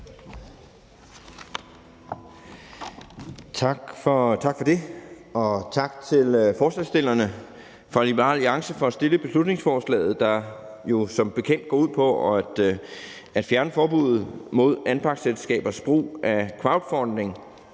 Tak for det, og tak til forslagsstillerne fra Liberal Alliance for at fremsætte beslutningsforslaget, der jo som bekendt går ud på at fjerne forbuddet mod anpartsselskabers brug af crowdfunding